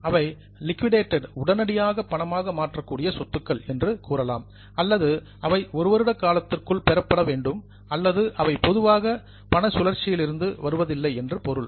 அவை லிக்விடேடட் உடனடியாக பணமாக மாற்றக்கூடிய சொத்துக்கள் என்று கூறலாம் அல்லது அவை ஒரு வருட காலத்திற்குள் பெறப்படவேண்டும் அல்லது அவை பொதுவாக மணி சைக்கிள் பண சுழற்சியிலிருந்து வருவதில்லை என்று பொருள்